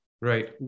right